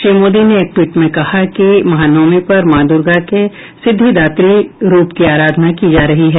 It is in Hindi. श्री मोदी ने एक ट्वीट में कहा कि महानवमी पर माँ दुर्गा के सिद्धिदात्री रूप की आराधना की जा रही है